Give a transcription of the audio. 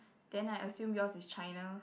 then I assume yours is China